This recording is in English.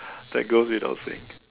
that goes without saying